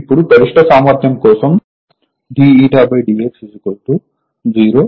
ఇప్పుడు గరిష్ట సామర్థ్యం కోసం d dx 0 అవుతుంది